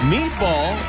Meatball